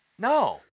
No